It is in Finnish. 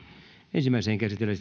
ensimmäiseen käsittelyyn